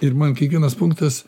ir man kiekvienas punktas